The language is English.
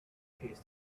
tastes